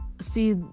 see